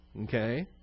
Okay